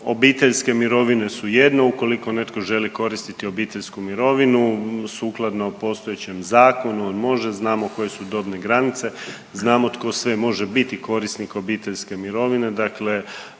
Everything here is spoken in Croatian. obiteljske mirovine su jedno, ukoliko netko želi koristiti obiteljsku mirovinu sukladno postojećem zakonu on može, znamo koje su dobne granice, znamo tko sve može biti korisnik obiteljske mirovine, dakle